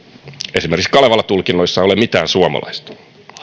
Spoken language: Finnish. esimerkiksi hänen kalevala tulkinnoissaan ole mitään suomalaista